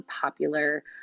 popular